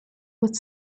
was